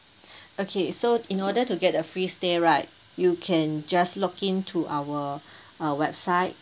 okay so in order to get a free stay right you can just look into our uh website